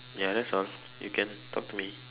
ya that's all you can talk to me